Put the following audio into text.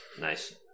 nice